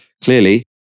clearly